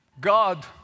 God